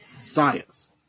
Science